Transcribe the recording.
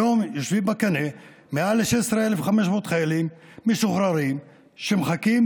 היום יושבים בקנה מעל 16,500 חיילים משוחררים שמחכים